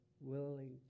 willing